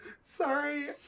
sorry